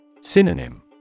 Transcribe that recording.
Synonym